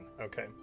Okay